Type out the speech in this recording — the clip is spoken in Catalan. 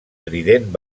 trident